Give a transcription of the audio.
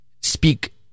speak